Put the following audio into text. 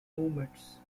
movements